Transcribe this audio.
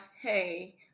hey